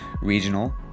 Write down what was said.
regional